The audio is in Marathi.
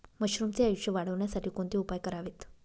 मशरुमचे आयुष्य वाढवण्यासाठी कोणते उपाय करावेत?